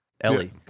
Ellie